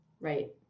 right